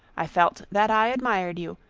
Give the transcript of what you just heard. i felt that i admired you,